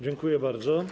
Dziękuję bardzo.